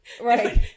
Right